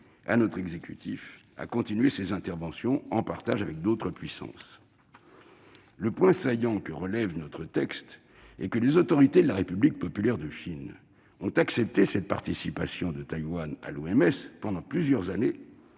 à notre exécutif pour qu'il continue ses interventions en partage avec d'autres puissances. Le point saillant relevé dans notre texte est que les autorités de la République populaire de Chine ont accepté que Taïwan participe aux travaux de l'OMS pendant plusieurs années,